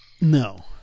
No